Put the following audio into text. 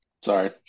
Sorry